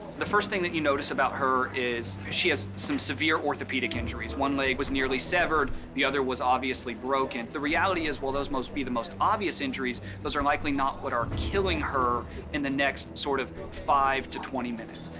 the first thing that you notice about her is she has some severe orthopedic injuries. one leg was nearly severed. the other was obviously broken. the reality is, while those must be the most obvious injuries, those are likely not what are killing her in the next sort of five to twenty minutes.